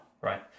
right